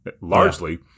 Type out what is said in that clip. Largely